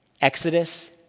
Exodus